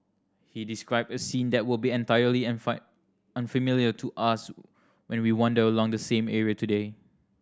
he described a scene that will be entirely unfamiliar to us when we wander along the same area today